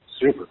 super